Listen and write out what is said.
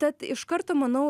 tad iš karto manau